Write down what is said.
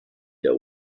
der